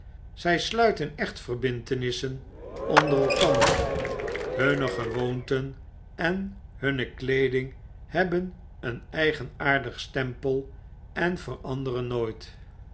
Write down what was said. zy sluiten echtverbintenissen onder elkander hunne gewoonten en hun weeding hebben een eigenaardig stempel en veranderen nooit